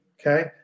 okay